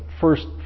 first